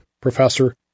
professor